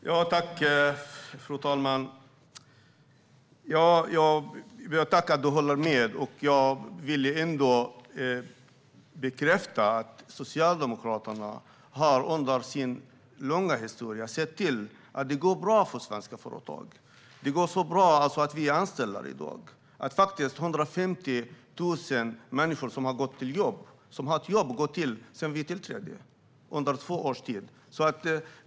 Fru talman! Jag tackar för att du håller med. Men jag vill ändå bekräfta att under sin långa historia har Socialdemokraterna sett till att det går bra för svenska företag. Det går så bra att de anställer i dag. Det är faktiskt 150 000 fler människor som har ett jobb att gå till - detta sedan vi tillträdde för två år sedan.